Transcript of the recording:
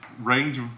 range